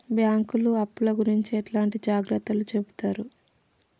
బ్యాంకులు అప్పుల గురించి ఎట్లాంటి జాగ్రత్తలు చెబుతరు?